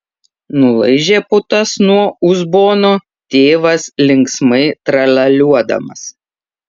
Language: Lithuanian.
nulaižė putas nuo uzbono tėvas linksmai tralialiuodamas